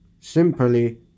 Simply